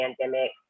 pandemic